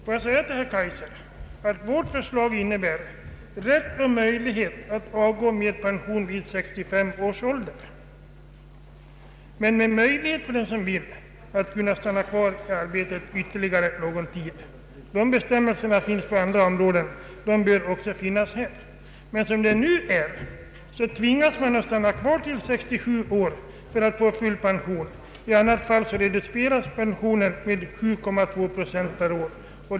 Vårt förslag innebär, herr Kaijser, rätt och möjlighet att avgå med pension vid 65 års ålder men med möjlighet för den som vill att kvarstanna i sitt arbete ytterligare någon tid. Liknande bestämmelser finns på andra områden och bör också finnas här. Nu tvingas arbetstagaren stanna kvar i arbetet tills han fyller 67 år för att få full pension. I annat fall reduceras denna med 7,2 procent per år.